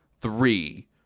three